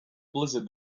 blizzard